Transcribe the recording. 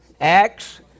Acts